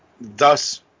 thus